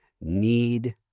need